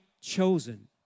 chosen